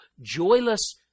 Joyless